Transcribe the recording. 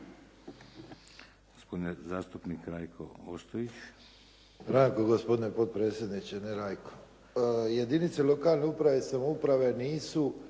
Ostojić. **Ostojić, Ranko (SDP)** Ranko gospodine predsjedniče, ne Rajko. Jedinice lokalne uprave i samouprave nisu